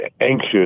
anxious